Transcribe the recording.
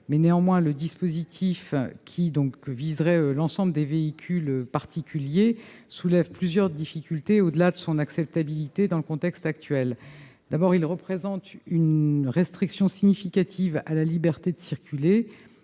Néanmoins, un tel dispositif, qui viserait l'ensemble des véhicules particuliers, soulève plusieurs difficultés, au-delà de la question de son acceptabilité dans le contexte actuel. D'abord, cela représente une restriction significative à la liberté de circuler.